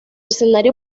escenario